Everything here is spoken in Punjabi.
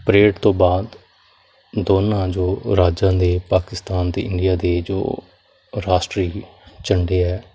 ਪਰੇਡ ਤੋਂ ਬਾਅਦ ਦੋਨਾਂ ਜੋ ਰਾਜਾਂ ਦੇ ਪਾਕਿਸਤਾਨ ਅਤੇ ਇੰਡੀਆ ਦੇ ਜੋ ਰਾਸ਼ਟਰੀ ਝੰਡੇ ਹੈ